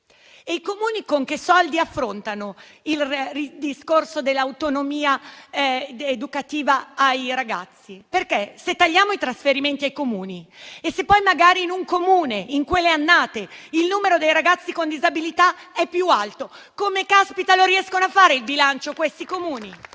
i Comuni con che soldi affrontano il discorso dell'autonomia educativa ai ragazzi? Se tagliamo i trasferimenti ai Comuni e se poi magari in un Comune in quelle annate il numero dei ragazzi con disabilità è più alto, questi Comuni come caspita riescono a fare il bilancio?